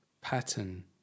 pattern